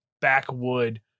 backwood